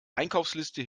einkaufsliste